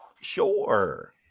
sure